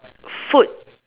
food